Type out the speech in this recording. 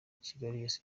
kigali